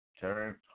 Turn